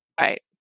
Right